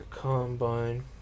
Combine